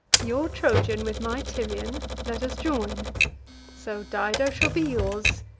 your trojan with my tyrian let us join so dido shall be yours,